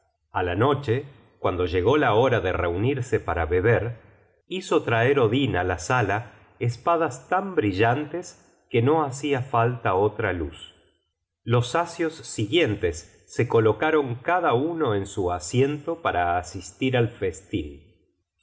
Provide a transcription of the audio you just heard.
a la noche cuando llegó la hora de reunirse para beber hizo traer odin á la sala espadas tan brillantes que no hacia falta otra luz los asios siguientes se colocaron cada uno en su asiento para asistir al festin